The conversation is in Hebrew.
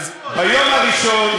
אז ביום הראשון,